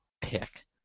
pick